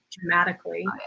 dramatically